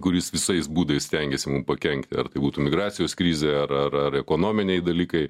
kuris visais būdais stengiasi mum pakenkti ar tai būtų migracijos krizė ar ar ar ekonominiai dalykai